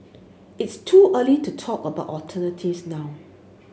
it's too early to talk about alternatives now